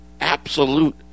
Absolute